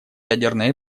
ядерная